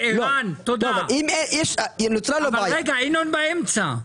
נוצרה לו בעיה.